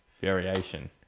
variation